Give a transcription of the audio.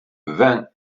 vingt